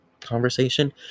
conversation